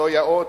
לא יאות,